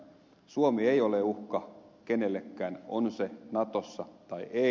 suomi ei ole uhka kenellekään on se natossa tai ei